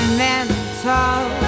mental